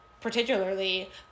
particularly